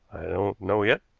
i don't know yet.